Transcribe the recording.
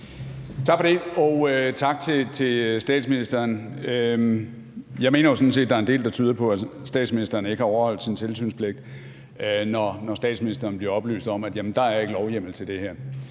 Tak for det, og tak til statsministeren. Jeg mener jo sådan set, at der er en del, der tyder på, at statsministeren ikke har overholdt sin tilsynspligt, når statsministeren bliver oplyst om, at der ikke er lovhjemmel til det her,